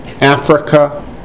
Africa